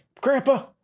grandpa